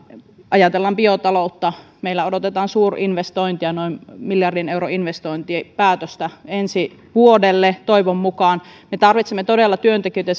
ajatellaan biotaloutta meillä odotetaan suurinvestointia noin miljardin euron investointipäätöstä ensi vuodelle toivon mukaan ja me tarvitsemme todella työntekijöitä